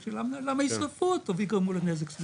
רק למה שישרפו אותו ויגרמו לנזק סביבתי.